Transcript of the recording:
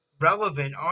relevant